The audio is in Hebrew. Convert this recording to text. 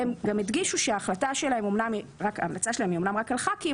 הם גם הדגישו שההמלצה שלהם היא אמנם רק על ח"כים